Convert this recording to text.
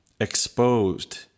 Exposed